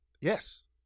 Yes